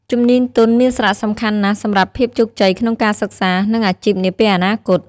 ជំនាញទន់ មានសារៈសំខាន់ណាស់សម្រាប់ភាពជោគជ័យក្នុងការសិក្សា និងអាជីពនាពេលអនាគត។